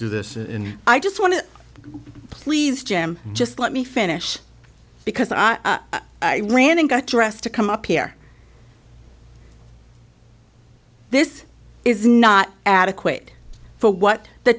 do this and i just want to please jim just let me finish because i ran and got dressed to come up here this is not adequate for what the